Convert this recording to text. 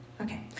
Okay